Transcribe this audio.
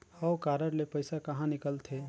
हव कारड ले पइसा कहा निकलथे?